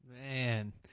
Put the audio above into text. man